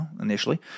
initially